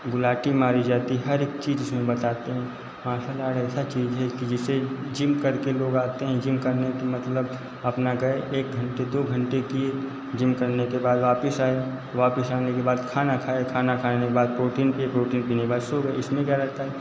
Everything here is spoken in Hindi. गुलाटी मारी जाती हर एक चीज़ इसमें बताते हैं मार्सल आर्ट ऐसा चीज़ है कि जैसे जिम करके लोग आते हैं जिम करने कि मतलब अपना गए एक घंटे दो घंटे किए जिम करने के बाद वापस आए वापस आने के बाद खाना खाए खाना खाने के बाद प्रोटीन पिए प्रोटीन पीने के बाद सो गए इसमें क्या रहता है